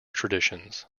traditions